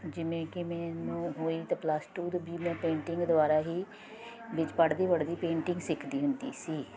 ਜਿਵੇਂ ਕਿ ਮੈਨੂੰ ਹੋਈ ਤਾਂ ਪਲੱਸ ਟੂ ਪੇਂਟਿੰਗ ਦੁਬਾਰਾ ਹੀ ਵਿੱਚ ਪੜ੍ਹਦੀ ਪੜ੍ਹਦੀ ਪੇਂਟਿੰਗ ਸਿੱਖਦੀ ਹੁੰਦੀ ਸੀ